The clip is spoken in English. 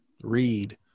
read